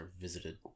visited